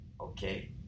Okay